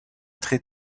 très